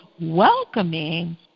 welcoming